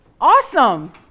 Awesome